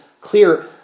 clear